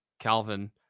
Calvin